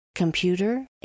Computer